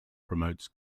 promotes